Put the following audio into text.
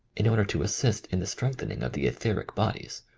in order to assist in the strengthen ing of the etheric bodies.